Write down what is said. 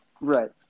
right